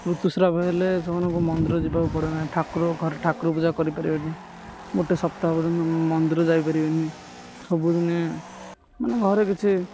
ଋତୁସ୍ରାବ ହେଲେ ସେମାନଙ୍କୁ ମନ୍ଦିର ଯିବାକୁ ପଡ଼େ ନାହିଁ ଠାକୁର ଘରେ ଠାକୁର ପୂଜା କରିପାରିବେନି ଗୋଟେ ସପ୍ତାହ ପର୍ଯ୍ୟନ୍ତ ମନ୍ଦିର ଯାଇପାରିବେନି ସବୁଦିନେ ମାନେ ଘରେ କିଛି